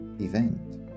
event